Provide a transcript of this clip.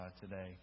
today